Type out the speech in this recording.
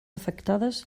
afectades